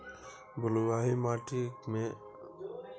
बलूआही माटि मे कून फसल नीक उपज देतै?